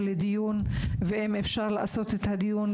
אדוני היושב ראש,